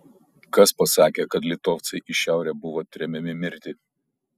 kas pasakė kad litovcai į šiaurę buvo tremiami mirti